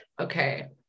okay